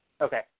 Okay